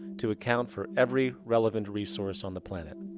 to account for every relevant resource on the planet.